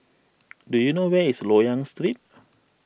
do you know where is Loyang Street